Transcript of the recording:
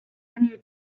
continued